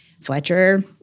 Fletcher